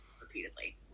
repeatedly